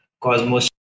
Cosmos